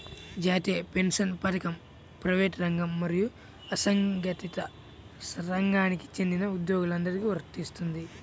జాతీయ పెన్షన్ పథకం ప్రైవేటు రంగం మరియు అసంఘటిత రంగానికి చెందిన ఉద్యోగులందరికీ వర్తిస్తుంది